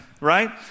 right